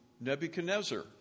Nebuchadnezzar